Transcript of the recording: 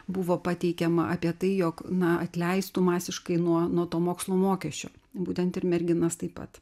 buvo pateikiama apie tai jog na atleistų masiškai nuo nuo to mokslo mokesčio būtent ir merginas taip pat